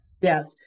Yes